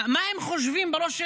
מה הם חושבים בראש שלהם?